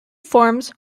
forms